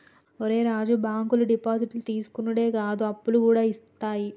ఒరే రాజూ, బాంకులు డిపాజిట్లు తీసుకునుడే కాదు, అప్పులుగూడ ఇత్తయి